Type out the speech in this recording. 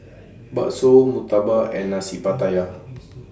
Bakso Murtabak and Nasi Pattaya